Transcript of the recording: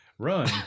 Run